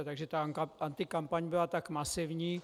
Takže ta antikampaň byla tak masivní.